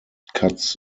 cuts